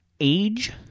age